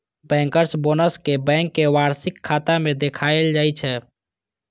bankers bonus कें bank के वार्षिक खाता मे देखाएल जाइ छै